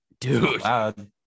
dude